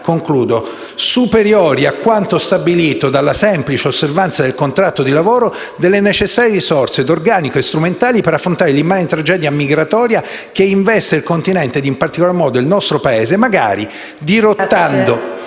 sensibilità superiori a quanto stabilito dalla semplice osservanza del contratto di lavoro, delle necessarie risorse, d'organico e strumentali, per affrontare l'immane tragedia migratoria che investe il continente e, in particolar modo, il nostro Paese, magari dirottando